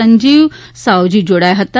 સંજીવ સાઓજી જોડાયા હતા